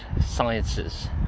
sciences